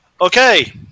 Okay